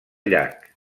llac